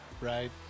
Right